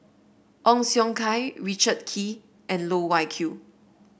Ong Siong Kai Richard Kee and Loh Wai Kiew